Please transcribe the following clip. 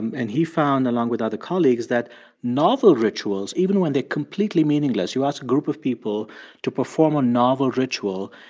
and he found, along with other colleagues, that novel rituals, even when they are completely meaningless you ask a group of people to perform a novel ritual,